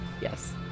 Yes